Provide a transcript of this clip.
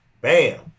Bam